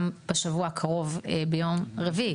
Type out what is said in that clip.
וגם בשבוע הקרוב ביום רביעי,